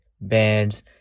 bands